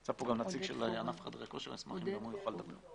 נמצא כאן נציג ענף חדרי הכנסת ואשמח אם הוא יוכל לדבר.